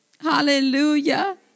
Hallelujah